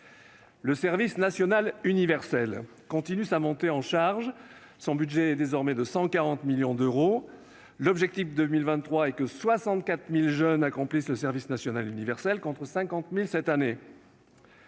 Le service national universel (SNU) continue sa montée en charge. Son budget est désormais de 140 millions d'euros, l'objectif pour 2023 étant que 64 000 jeunes accomplissent ce service, contre 50 000 cette année.